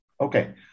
Okay